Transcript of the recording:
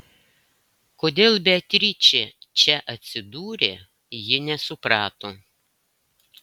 kodėl beatričė čia atsidūrė ji nesuprato